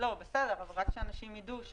רק שאלה טכנית: